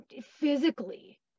physically